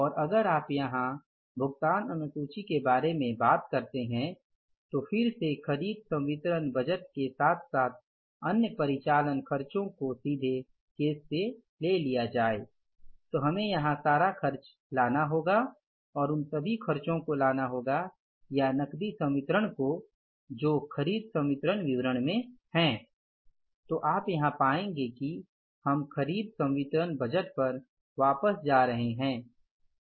और अगर आप यहां पेमेंट अनुसूची के बारे में बात करते हैं तो फिर से खरीद संवितरण बजट के साथ साथ अन्य परिचालन खर्चों को सीधे केस से लिया जाए तो हमें यहां सारा खर्च लाना होगा और उन सभी खर्चों को लाना होगा या नकदी संवितरण को जो खरीद संवितरण विवरण में है तो आप यहां पाएंगे कि हम खरीद संवितरण बजट पर वापस जा रहे हैं